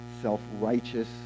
self-righteous